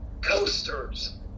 coasters